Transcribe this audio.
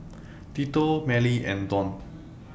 Tito Mellie and Dawn